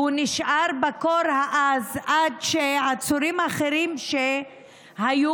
והוא נשאר בקור העז עד שהעצורים האחרים שהיו